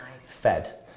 fed